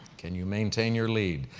can you maintain your lead?